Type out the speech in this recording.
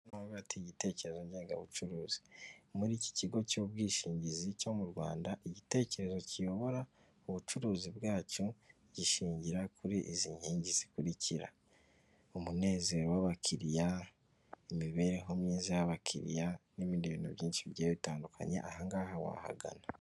Ahangaha bati igitekerezo ngengabucuruzi. Muri iki kigo cy'ubwishingizi cyo mu Rwanda, igitekerezo kiyobora ubucuruzi bwacyo gishingira kuri izi nkingi zikurikira; umunezero w'abakiriya, imibereho myiza y'abakiriya, n'ibindi bintu byinshi bigiye bitandukanye. Ahangaha wahagana.